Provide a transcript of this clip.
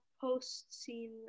post-scene